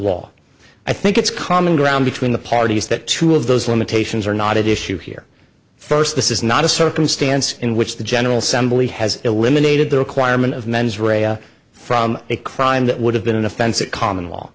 law i think it's common ground between the parties that two of those limitations are not issue here first this is not a circumstance in which the general somebody has eliminated the requirement of mens rea from a crime it would have been an offense a common law